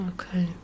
Okay